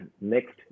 Next